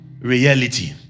reality